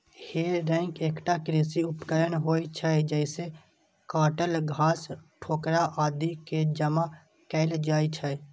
हे रैक एकटा कृषि उपकरण होइ छै, जइसे काटल घास, ठोकरा आदि कें जमा कैल जाइ छै